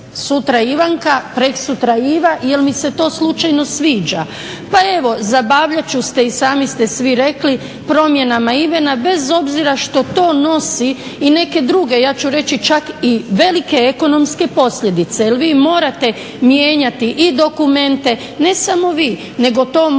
sutra Ivanka, preksutra Iva jer mi se to slučajno sviđa. Pa evo zabavljat ću se i sami ste svi rekli promjenama imena bez obzira što to nosi i neke druge, ja ću reći čak i velike ekonomske posljedice jer vi morate mijenjati i dokumente ne samo vi, nego to mora